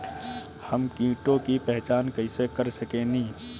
हम कीटों की पहचान कईसे कर सकेनी?